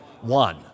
One